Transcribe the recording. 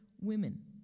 women